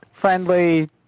friendly